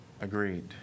Agreed